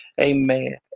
Amen